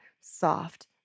soft